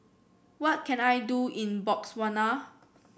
what can I do in Botswana